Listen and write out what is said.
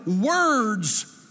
words